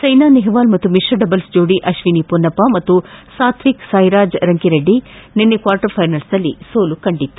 ಸೈನಾ ನೆಹವಾಲ್ ಹಾಗೂ ಮಿತ್ರ ಡಬಲ್ಲ್ ಜೋಡಿ ಅಶ್ವಿನಿ ಮೊನ್ನಪ್ಪ ಮತ್ತು ಸಾತ್ವಿಕ್ ಸಾಯಿರಾಜ್ ರಂಕಿರೆಡ್ಡಿ ನಿನ್ನೆ ಕ್ವಾರ್ಟರ್ ಫೈನಲ್ಸೆನಲ್ಲಿ ಸೋಲು ಕಂಡಿತ್ತು